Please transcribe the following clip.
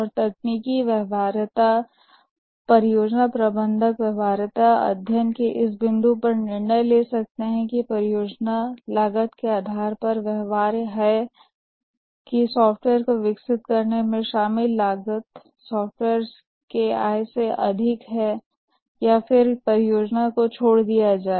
और तकनीकी व्यवहार्यता परियोजना प्रबंधक व्यवहार्यता अध्ययन के इस बिंदु पर निर्णय ले सकता है कि क्या परियोजना लागत के आधार पर व्यवहार्य है कि सॉफ्टवेयर को विकसित करने में शामिल लागत सॉफ्टवेयर से आय से अधिक है और क्या फिर परियोजना को छोड़ दिया जाए